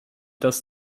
das